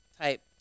type